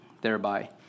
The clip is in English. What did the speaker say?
thereby